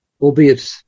albeit